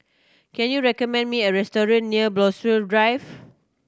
can you recommend me a restaurant near Drive